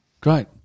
Great